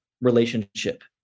relationship